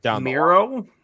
Miro